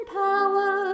power